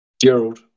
Gerald